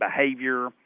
behavior